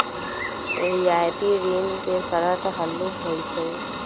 रियायती ऋण के शरत हल्लुक होइ छइ